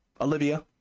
Olivia